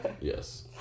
Yes